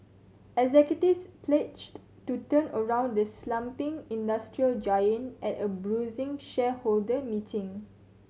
executives pledged to turn around the slumping industrial giant at a bruising shareholder meeting